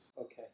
Okay